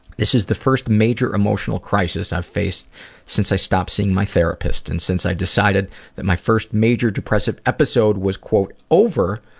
this is the first major emotional crisis i've faced since i stopped seeing my therapist and since i decided that my first major depressive episode was over.